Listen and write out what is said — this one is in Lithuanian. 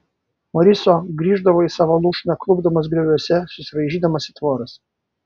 moriso grįždavo į savo lūšną klupdamas grioviuose susiraižydamas į tvoras